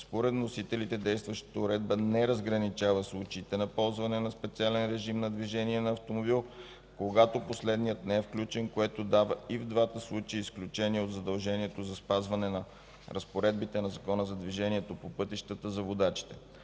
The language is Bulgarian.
Според вносителите действащата уредба не разграничава случаите на ползване на специален режим на движение на автомобил, когато последният не е включен, което дава и в двата случая изключение от задължението за спазване на разпоредбите на ЗДвП за водачите,